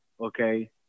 okay